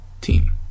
team